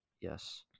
yes